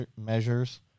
measures